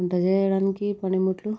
వంట చేయడానికి పనిముట్లు